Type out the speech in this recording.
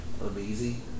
amazing